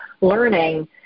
learning